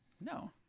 no